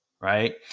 Right